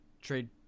trade